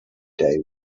day